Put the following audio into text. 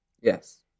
Yes